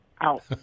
out